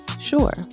sure